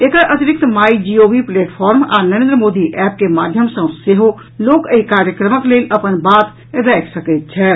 एकर अतिरिक्त My GOV platform आ Narendra Modi app के माध्यम सँ सेहो लोक एहि कार्यक्रमक लेल अपन बात राखि सकैत छथि